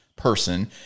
person